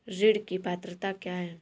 ऋण की पात्रता क्या है?